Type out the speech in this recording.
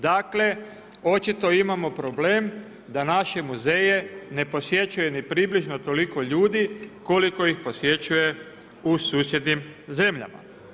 Dakle očito imamo problem da naše muzeje ne posjećuje ni približno toliko ljudi koliko ih posjećuje u susjednim zemljama.